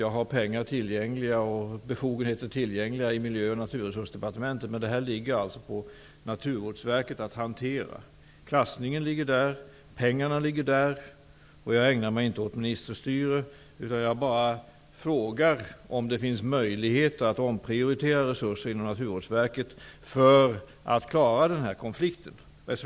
Jag har ingenting emot om riksdagen ändrar på detta så att jag i Miljö och naturresursdepartementet har pengar tillgängliga och befogenheter. Klassningen ligger hos Naturvårdsverket, och pengarna finns där. Jag ägnar mig inte åt ministerstyre. Jag frågar om det finns möjlighet att omprioritera resurser inom Naturvårdsverket för att klara denna konflikt.